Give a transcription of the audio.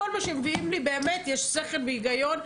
בכל מה שמביאים לי באמת יש שכל והיגיון,